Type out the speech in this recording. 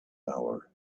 hour